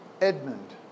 Edmund